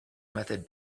method